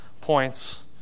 points